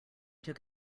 took